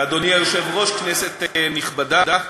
אדוני היושב-ראש, כנסת נכבדה,